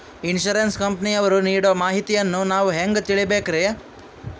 Insurance ಕಂಪನಿಯವರು ನೀಡೋ ಮಾಹಿತಿಯನ್ನು ನಾವು ಹೆಂಗಾ ತಿಳಿಬೇಕ್ರಿ?